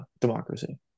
democracy